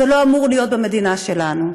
זה לא אמור להיות במדינה שלנו,